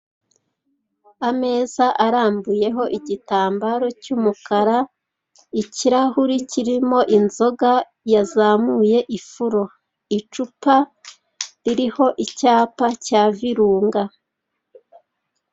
Ameza arambuyeho igitambaro cy'umukara, ikirahuri kirimo inzoga yazamuye ifuro, icupa ririho icyapa cya virunga.